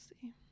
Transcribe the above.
see